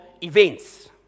events